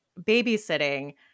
babysitting